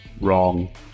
Wrong